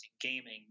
gaming